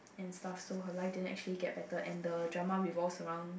and stuff so her life did not actually get better and the drama revolves around